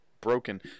broken